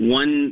one